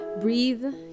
breathe